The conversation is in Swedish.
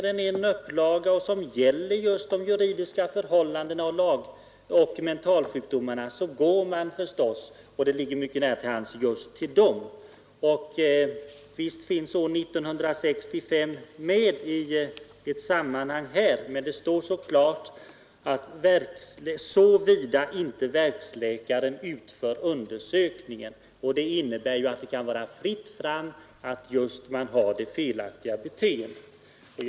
mer än en upplaga och som gäller just de juridiska förhållandena och mentalsjukdomarna, går man förstås — det ligger mycket nära till hands — just till dem. Visserligen finns en annan ändring av år 1965 med i sammanhanget, men det sägs på den aktuella punkten: ”———, såvida inte verksläkaren utför undersökningen”. Det innebär att det lätt blir fritt fram för det felaktiga beteendet.